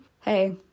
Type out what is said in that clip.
hey